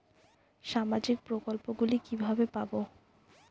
সামাজিক প্রকল্প গুলি কিভাবে পাব?